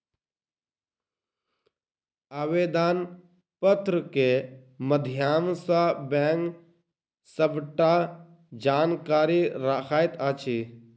आवेदन पत्र के माध्यम सॅ बैंक सबटा जानकारी रखैत अछि